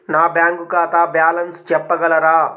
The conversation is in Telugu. నా బ్యాంక్ ఖాతా బ్యాలెన్స్ చెప్పగలరా?